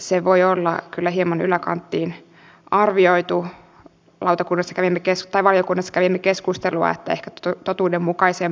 edustaja räsänen puhui kyllä hieman yläkanttiin arvioitu hoitokurssi princess maria gudnskärin keskustelua ehkä toi totuudenmukaisen